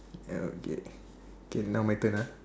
ya okay okay now my turn ah